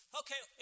okay